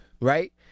right